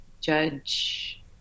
judge